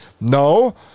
No